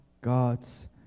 God's